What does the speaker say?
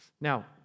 Now